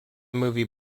movie